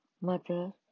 mother